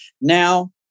Now